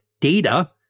data